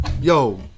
Yo